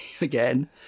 again